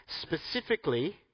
specifically